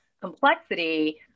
complexity